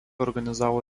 organizavo